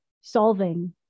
solving